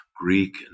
Greek